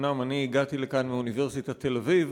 אומנם אני הגעתי לכאן מאוניברסיטת תל-אביב,